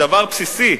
דבר בסיסי,